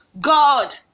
God